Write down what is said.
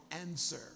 answer